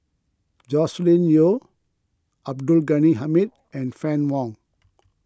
Joscelin Yeo Abdul Ghani Hamid and Fann Wong